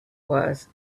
was